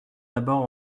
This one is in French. d’abord